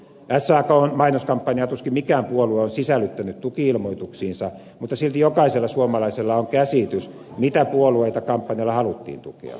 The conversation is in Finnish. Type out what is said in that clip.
sakn mainoskampanjaa tuskin mikään puolue on sisällyttänyt tuki ilmoituksiinsa mutta silti jokaisella suomalaisella on käsitys mitä puolueita kampanjalla haluttiin tukea